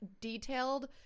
detailed